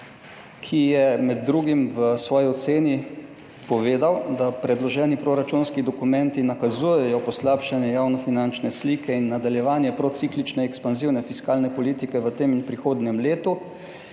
ki je med drugim v svoji ocenipovedal, da predloženi proračunski dokumenti nakazujejo na poslabšanje javnofinančne slike in nadaljevanje prociklične ekspanzivne fiskalne politike v tem in prihodnjem letu,